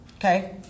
Okay